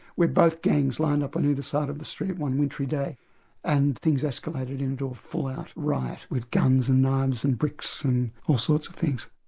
where both gangs lined up on either side of the street one wintry day and things escalated into a full-out riot, with guns and knives and bricks and all sorts of things.